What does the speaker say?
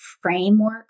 framework